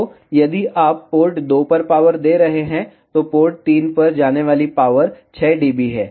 तो यदि आप पोर्ट 2 पर पावर दे रहे हैं तो पोर्ट 3 पर जाने वाली पावर 6 dB है